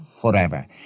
forever